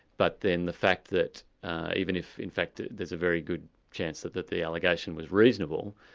but then the fact that even if in fact there's a very good chance that that the allegation was reasonable,